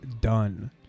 done